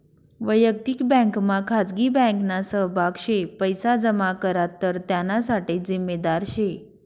वयक्तिक बँकमा खाजगी बँकना सहभाग शे पैसा जमा करात तर त्याना साठे जिम्मेदार शे